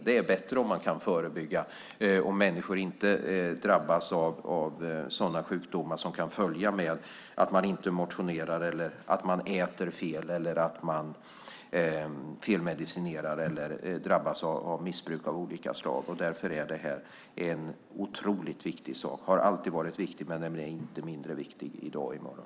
Det är bättre om man kan förebygga, om människor inte drabbas av sådana sjukdomar som kan följa av att man inte motionerar, att man äter fel, att man felmedicinerar eller drabbas av missbruk av olika slag. Därför har det förebyggande arbetet alltid varit viktigt, och det är inte mindre viktigt i dag och i morgon.